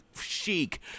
chic